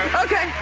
okay.